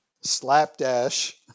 slapdash